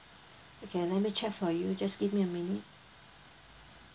okay let me check for you just give me a minute